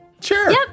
Sure